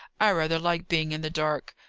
i rather like being in the dark.